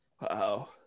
wow